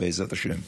בעזרת השם.